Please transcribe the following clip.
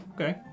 Okay